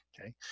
Okay